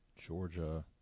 Georgia